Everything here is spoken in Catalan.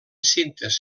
cintes